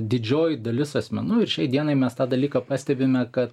didžioji dalis asmenų ir šiai dienai mes tą dalyką pastebime kad